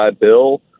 Bill